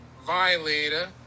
Violator